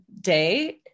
day